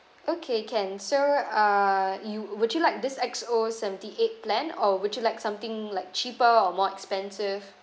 okay can so uh you would you like this X_O seventy eight plan or would you like something like cheaper or more expensive